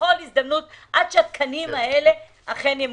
עד שהתקנים האלה אכן ימומשו.